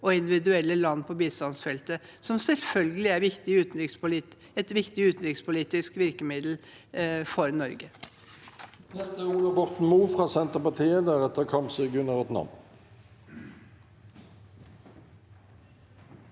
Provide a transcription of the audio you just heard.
og individuelle land på bistandsfeltet, noe som selvfølgelig er et viktig utenrikspolitisk virkemiddel for Norge.